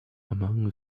among